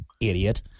idiot